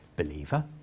Believer